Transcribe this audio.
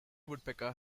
woodpecker